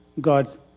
God's